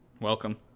Welcome